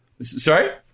Sorry